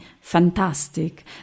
fantastic